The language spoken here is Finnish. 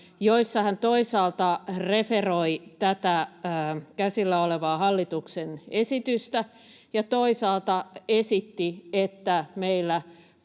joissa hän toisaalta referoi tätä käsillä olevaa hallituksen esitystä ja toisaalta esitti, että meille